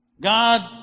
God